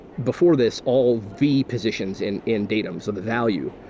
before this, all v positions in in datums, so the value.